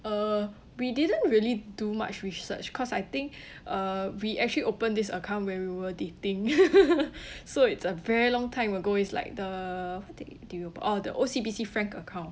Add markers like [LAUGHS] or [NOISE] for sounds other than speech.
uh we didn't really do much research cause I think [BREATH] uh we actually opened this account when we were dating [LAUGHS] [BREATH] so it's a very long time ago it's like the oh the O_C_B_C frank account